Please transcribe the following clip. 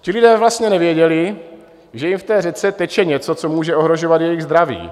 Ti lidé vlastně nevěděli, že jim v řece teče něco, co může ohrožovat jejich zdraví.